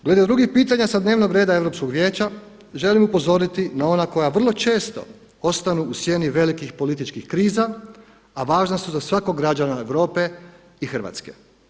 Glede drugih pitanja sa dnevnog reda Europskog vijeća, želim upozoriti na ona koja vrlo često ostanu u sjedni velikih političkih kriza, a važna su za svakog građana Europe i Hrvatske.